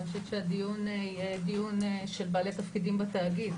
אני חושבת שהדיון יהיה דיון של בעלי תפקידים בתאגיד,